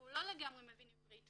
אבל הוא לא לגמרי מבין עברית,